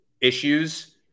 issues